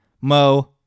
Mo